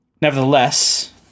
Nevertheless